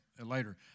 later